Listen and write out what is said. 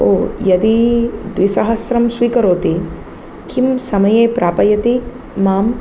ओ यदि द्विसहस्रं स्वीकरोति किं समये प्रापयति मां